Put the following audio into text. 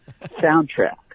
Soundtrack